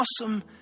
awesome